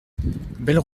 belle